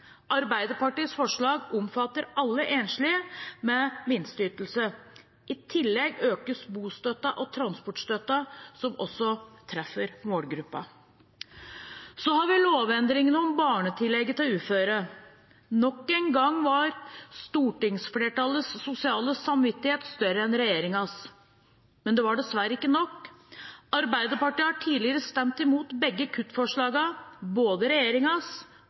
Arbeiderpartiets forslag omfatter alle enslige med minsteytelse. I tillegg økes bostøtten og transportstøtten, som også treffer målgruppen. Så har vi lovendringen om barnetillegget til uføre. Nok en gang var stortingsflertallets sosiale samvittighet større enn regjeringens, men det var dessverre ikke nok. Arbeiderpartiet har tidligere stemt imot begge kuttforslagene, både